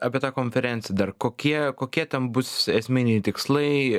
apie tą konferenciją dar kokie kokie ten bus esminiai tikslai